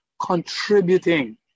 contributing